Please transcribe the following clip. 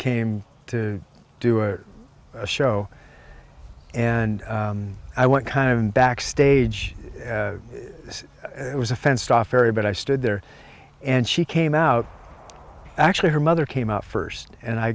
came to do a show and i went kind of backstage this was a fenced off area but i stood there and she came out actually her mother came out first and i